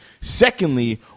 Secondly